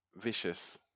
vicious